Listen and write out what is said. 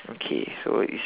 okay so is